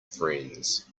friends